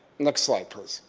next slide please.